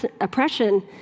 oppression